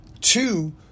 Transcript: Two